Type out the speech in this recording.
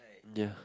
ya